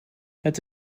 het